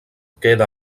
queda